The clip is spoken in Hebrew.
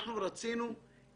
אנחנו רצינו את